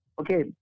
Okay